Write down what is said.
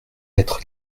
être